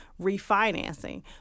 refinancing